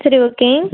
சரி ஓகே